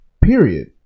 period